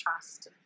trust